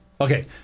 Okay